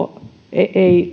ei